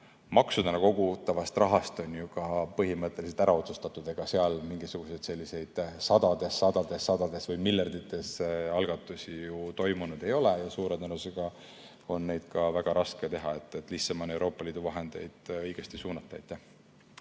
maksudena kogutavast rahast on ju ka põhimõtteliselt ära otsustatud, ega seal mingisuguseid selliseid sadades, sadades, sadades või miljardites algatusi toimunud ei ole ja suure tõenäosusega on neid ka väga raske teha. Nii et lihtsam on Euroopa Liidu vahendeid õigesti suunata.